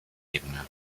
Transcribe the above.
ebene